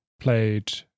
played